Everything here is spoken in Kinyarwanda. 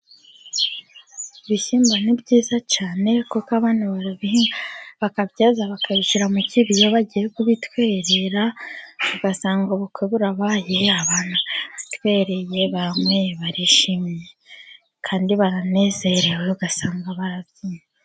Ibishyimbo ni byiza cyane kuko abantu barabihinga bakabyeza bakabishira mu kibo bagiye kubitwerera, usangaka ubukwe burabaye abantu baranyweye barishimye, kandi baranezerewe ugasanga barabyinye.